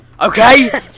Okay